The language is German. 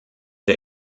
der